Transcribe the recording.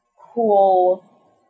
cool